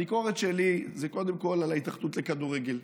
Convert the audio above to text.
הביקורת שלי היא קודם כול על ההתאחדות לכדורגל,